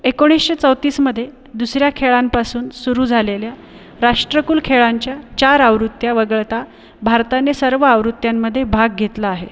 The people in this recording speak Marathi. एकोणीसशे चौतीसमध्ये दुसऱ्या खेळांपासून सुरू झालेल्या राष्ट्रकुल खेळांच्या चार आवृत्त्या वगळता भारताने सर्व आवृत्त्यांमधे भाग घेतला आहे